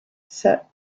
set